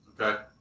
okay